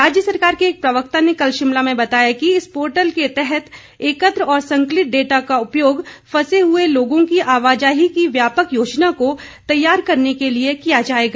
राज्य सरकार के एक प्रवक्ता ने कल शिमला में बताया कि इस पोर्टल के तहत एकत्र और संकलित डेटा का उपयोग फंसे हुए लोगों की आवाजाही की व्यापक योजना को तैयार करने के लिए किया जाएगा